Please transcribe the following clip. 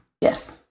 Yes